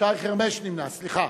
שי חרמש נמנע, סליחה.